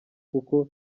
kuko